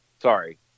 Sorry